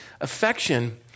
Affection